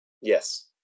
Yes